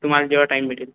तुम्हाला जेव्हा टाइम भेटेल